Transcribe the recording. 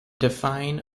define